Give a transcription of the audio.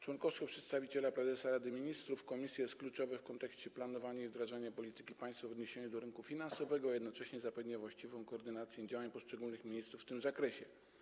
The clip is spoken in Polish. Członkostwo przedstawiciela prezesa Rady Ministrów w komisji jest kluczowe w kontekście planowania i wdrażania polityki państwa w odniesieniu do rynku finansowego, a jednocześnie zapewnia właściwą koordynację działań poszczególnych ministrów w tym zakresie.